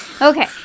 okay